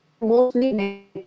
mostly